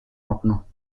maintenant